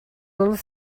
little